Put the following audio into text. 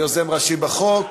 יוזם ראשי בחוק,